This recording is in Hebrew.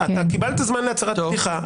קיבלת זמן להצהרת פתיחה.